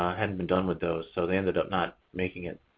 hadn't been done with those. so, they ended up not making it